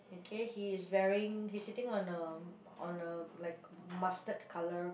okay he is wearing he's sitting on a on a like mustard colour